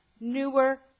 newer